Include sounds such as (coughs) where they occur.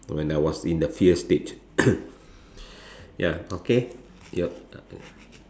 when I was in the fear stage (coughs) ya okay yup